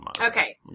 Okay